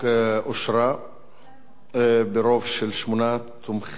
הצעת החוק אושרה ברוב של שמונה תומכים,